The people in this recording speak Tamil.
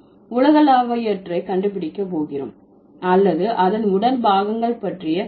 நாம் உலகளாவியவற்றை கண்டுபிடிக்க போகிறோம் அல்லது அதன் உடல் பாகங்கள் பற்றிய